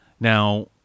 Now